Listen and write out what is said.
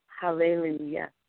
Hallelujah